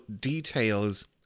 details